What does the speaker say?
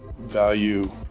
value